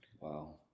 Wow